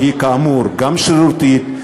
שהיא כאמור גם שרירותית,